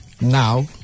Now